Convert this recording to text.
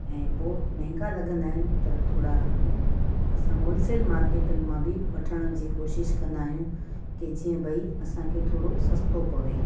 ऐं पोइ महांगा लॻंदा आहिनि त थोरा असां होलसेल मार्केटुनि मां बि वठण जी कोशिश कंदा आहियूं की जीअं भई असांखे थोरो सस्तो पए